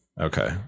Okay